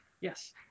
Yes